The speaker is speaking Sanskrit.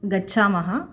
गच्छामः